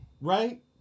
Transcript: Right